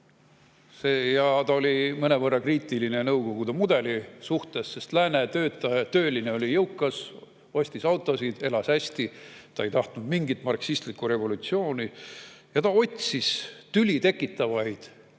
enam. Ta oli mõnevõrra kriitiline Nõukogude mudeli suhtes, sest lääne tööline oli jõukas, ostis autosid, elas hästi, ta ei tahtnud mingit marksistlikku revolutsiooni. [Marcuse] otsis tüli tekitavaid teemasid.